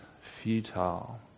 futile